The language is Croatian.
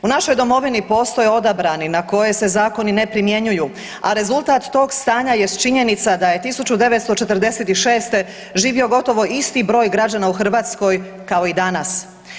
U našoj domovini postoje odabrani na koje se zakoni ne primjenjuju, a rezultat tog stanja jest činjenica da je 1946. živio gotovo isti broj građana u Hrvatskoj kao i danas.